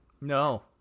No